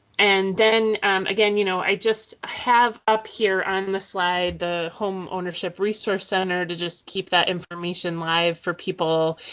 and then again, you know, i just have up here on the slide the homeownership resource center to just keep that information live for people,